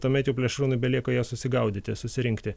tuomet jau plėšrūnui belieka jas susigaudyti susirinkti